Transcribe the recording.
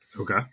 Okay